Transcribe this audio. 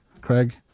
Craig